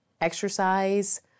exercise